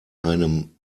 einem